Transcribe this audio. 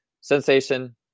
sensation